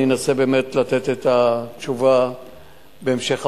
אני אנסה לתת את התשובה בהמשך המענה.